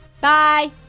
Bye